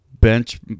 bench